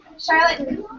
Charlotte